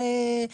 הרי,